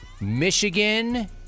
Michigan